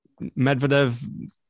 Medvedev